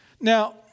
Now